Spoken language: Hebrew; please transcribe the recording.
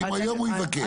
אם היום הוא יבקש?